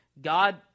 God